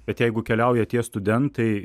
bet jeigu keliauja tie studentai